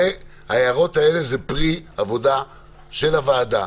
ההערות האלה זה פרי עבודה של הוועדה,